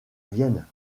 vienne